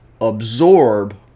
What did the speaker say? absorb